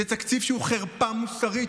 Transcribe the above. וזה תקציב שהוא חרפה מוסרית,